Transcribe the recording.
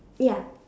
ya